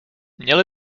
měli